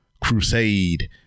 crusade